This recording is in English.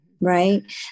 right